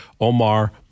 Omar